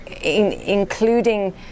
including